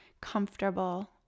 comfortable